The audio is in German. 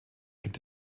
gibt